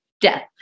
death